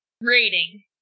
rating